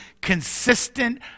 consistent